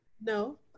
No